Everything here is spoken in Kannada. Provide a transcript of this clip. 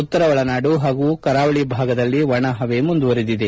ಉತ್ತರ ಒಳನಾಡು ಹಾಗೂ ಕರಾವಳಿ ಭಾಗದಲ್ಲಿ ಒಣ ಹವೆ ಮುಂದುವರಿದಿದೆ